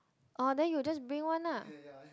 oh then you just bring one ah